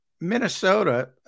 Minnesota